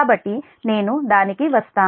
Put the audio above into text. కాబట్టి నేను దానికి వస్తాను